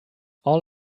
all